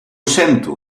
sento